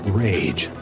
rage